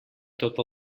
tot